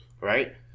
right